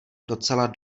docela